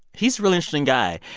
he's a really interesting guy.